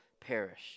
perish